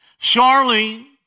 Charlene